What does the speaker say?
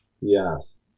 Yes